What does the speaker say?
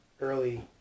early